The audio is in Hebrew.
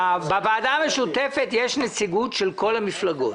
בוועדה המשותפת יש נציגות של כל המפלגות